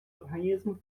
організм